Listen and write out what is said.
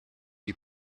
you